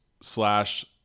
slash